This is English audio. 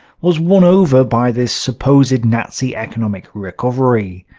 was won over by this supposed nazi economic recovery.